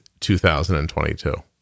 2022